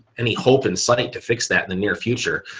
any hoping so but to fix that in the near future.